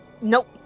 Nope